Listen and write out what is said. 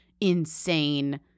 insane